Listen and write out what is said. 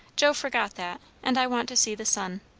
joe forgot that, and i want to see the sun.